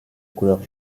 couleur